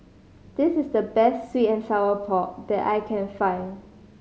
this is the best sweet and sour pork that I can find